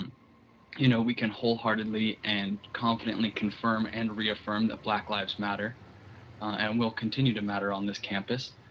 um you know, we can wholeheartedly and confidently confirm and reaffirm that black lives matter and will continue to matter on this campus